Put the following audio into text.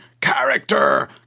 Character